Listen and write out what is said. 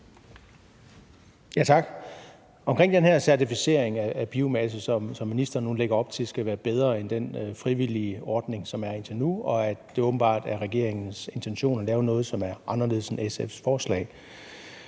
(EL): Omkring den her certificering af biomasse, som ministeren nu lægger op til skal være bedre end den frivillige ordning, som der er nu, da det åbenbart er regeringens intention at lave noget, som er anderledes end SF's forslag,